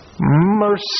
mercy